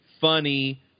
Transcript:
funny